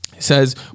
says